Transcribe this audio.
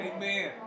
Amen